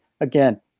again